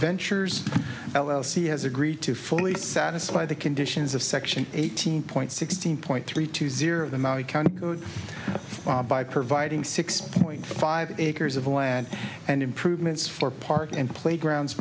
ventures l l c has agreed to fully satisfy the conditions of section eighteen point sixteen point three two zero of the maui county by providing six point five acres of land and improvements for park in playground